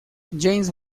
james